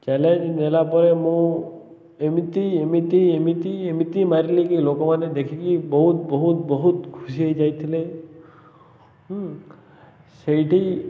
challenge ନେଲା ପରେ ମୁଁ ଏମିତି ଏମିତି ଏମିତି ଏମିତି ମାରିଲି କିି ଲୋକମାନେ ଦେଖିକି ବହୁତ ବହୁତ ବହୁତ ଖୁସି ହେଇଯାଇଥିଲେ ହୁଁ ସେଇଠି